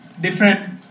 different